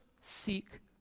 seek